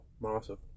massive